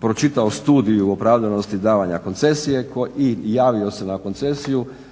pročitao studiju opravdanosti davanja koncesije i javio se na koncesiju,